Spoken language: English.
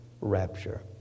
rapture